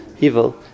evil